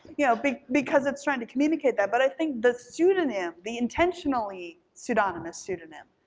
you know but because it's trying to communicate that, but i think the pseudonym, the intentionally pseudonymous pseudonym,